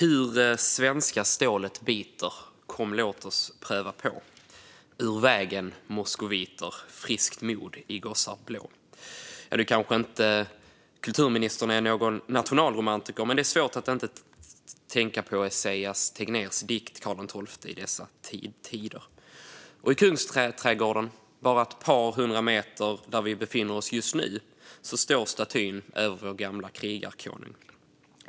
Fru talman! "Hur svenska stålet biter, kom låt oss, pröfva på! Ur vägen, moskoviter! Friskt mod, I gossar blå!" Nu kanske inte kulturministern är någon nationalromantiker, men det svårt att inte tänka på Esaias Tegnérs dikt Karl XII i dessa tider. I Kungsträdgården, bara ett par hundra meter från där vi befinner oss just nu, står statyn över vår gamla krigarkung.